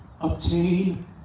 obtain